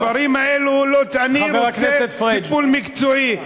בדברים האלו אני רוצה טיפול מקצועי,